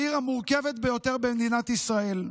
העיר המורכבת ביותר במדינת ישראל,